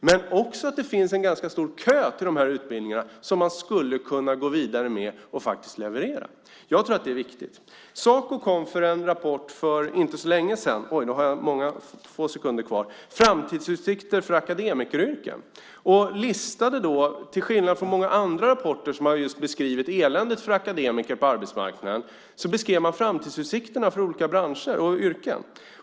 Men det finns också en ganska stor kö till de utbildningarna som man skulle kunna gå vidare med och leverera. Jag tror att det är viktigt. Saco kom med en rapport för inte så länge sedan som heter Framtidsutsikter för akademikeryrken. Till skillnad från många andra rapporter som har beskrivit eländet för akademiker på arbetsmarknaden beskrev man framtidsutsikterna för olika branscher och yrken.